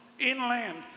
inland